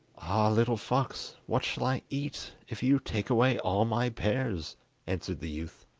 ah, little fox, what shall i eat if you take away all my pears answered the youth.